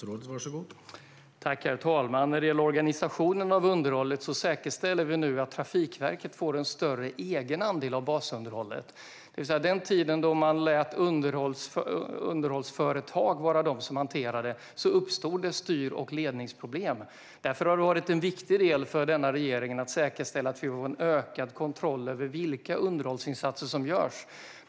Herr talman! När det gäller organisationen av underhållet säkerställer vi nu att Trafikverket får en större egen andel av basunderhållet. Under den tid man lät underhållsföretag hantera det uppstod nämligen styr och ledningsproblem. Därför har det varit viktigt för den här regeringen att säkerställa att vi får ökad kontroll över vilka underhållsinsatser som görs.